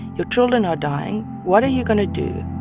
your children are dying. what are you going to do?